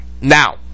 Now